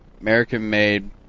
American-made